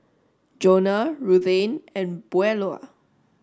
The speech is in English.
Jonah Ruthanne and Beulah